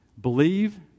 believe